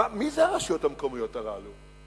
מי זה הרשויות המקומיות הללו?